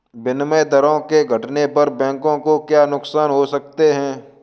विनिमय दरों के घटने पर बैंकों को क्या नुकसान हो सकते हैं?